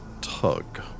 tug